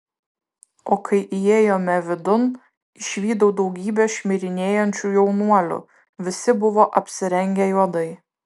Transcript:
o kai įėjome vidun išvydau daugybę šmirinėjančių jaunuolių visi buvo apsirengę juodai